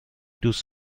دوست